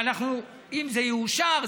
ואם זה יאושר,